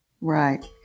Right